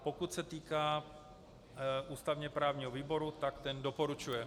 Pokud se týká ústavněprávního výboru, ten doporučuje.